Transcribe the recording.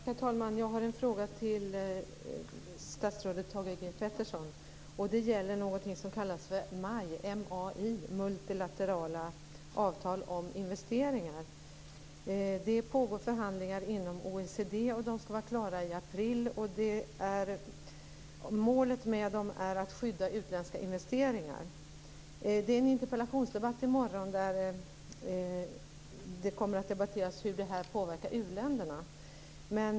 Herr talman! Jag har en fråga till statsrådet Thage G Peterson. Den gäller någonting som kallas för MAI, multilaterala avtal om investeringar. Det pågår förhandlingar inom OECD, och de skall vara klara i april. Målet med dem är att skydda utländska investeringar. Det är en interpellationsdebatt i morgon där det kommer att debatteras hur det här påverkar uländerna.